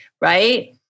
Right